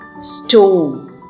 stone